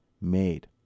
made